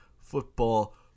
Football